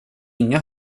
inga